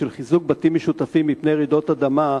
של חיזוק בתים משותפים מפני רעידות אדמה,